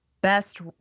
best